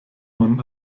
man